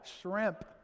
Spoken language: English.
Shrimp